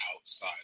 outside